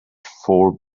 four